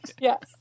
Yes